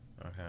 Okay